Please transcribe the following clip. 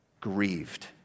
grieved